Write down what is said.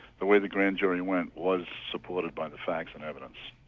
the way the grand jury went was supported by the facts and evidence.